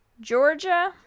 Georgia